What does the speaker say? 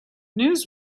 news